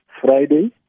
Friday